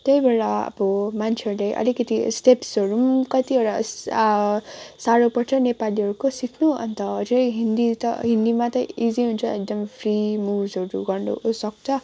त्यही भएर अब मान्छेहरूले अलिकति स्टेप्सहरू पनि कतिवटा सारो पर्छ नेपालीहरूको सिक्नु अन्त अझै हिन्दी त हिन्दीमा त इजी हुन्छ एकदम फ्री मुभ्सहरू गर्नु सक्छ